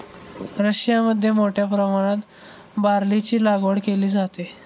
रशियामध्ये मोठ्या प्रमाणात बार्लीची लागवड केली जाते